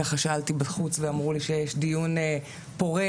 ככה שאלתי בחוץ ואמרו לי שיש דיון פורה,